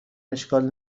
اشکال